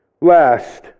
Last